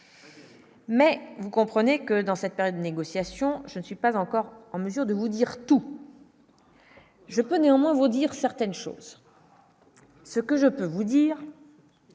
Mais vous comprenez que dans cette période de négociations, je ne suis pas encore en mesure de vous dire tout. Je peux néanmoins vous dire certaines choses. Ce que je peux vous dire.